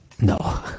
No